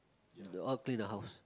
they all clean the house